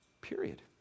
Period